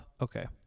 Okay